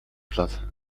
platt